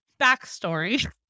backstory